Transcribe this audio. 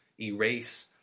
erase –